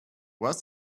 was